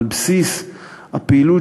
על בסיס הפעילות